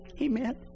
Amen